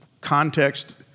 context